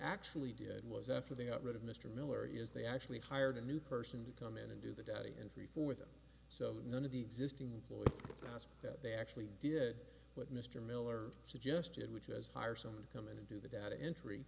actually did was after they got rid of mr miller is they actually hired a new person to come in and do the data entry for them so that none of the existing process that they actually did what mr miller suggested which is hire someone to come in and do the data entry